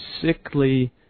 sickly